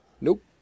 Nope